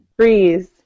Freeze